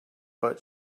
but